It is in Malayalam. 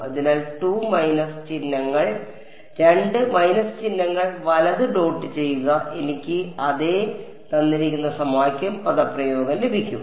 അതിനാൽ 2 മൈനസ് ചിഹ്നങ്ങൾ വലത് ഡോട്ട് ചെയ്യുക എനിക്ക് അതേ പദപ്രയോഗം ലഭിക്കും